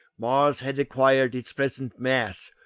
mars had acquired its present mass,